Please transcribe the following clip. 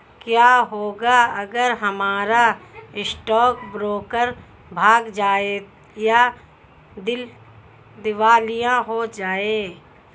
क्या होगा अगर हमारा स्टॉक ब्रोकर भाग जाए या दिवालिया हो जाये?